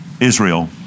Israel